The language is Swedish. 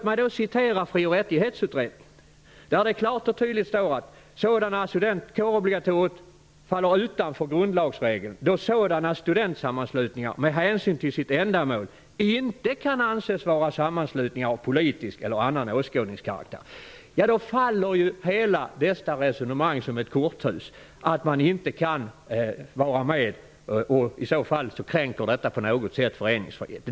I Fri och rättighetsutredningen står det klart och tydligt att studentkårsobligatoriet faller utanför grundlagsregeln, då sådana studentsammanslutningar med hänsyn till sitt ändamål inte kan anses vara sammanslutningar av politisk eller annan åskådningskaraktär. Med detta faller hela resonemanget att ett kårobligatorium på något sätt skulle kränka föreningsfriheten.